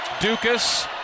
Dukas